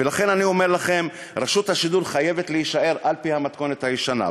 ולכן אני אומר לכם: רשות השידור חייבת להישאר על-פי המתכונת הישנה.